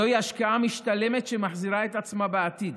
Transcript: זוהי השקעה משתלמת שמחזירה את עצמה בעתיד,